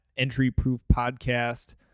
EntryProofPodcast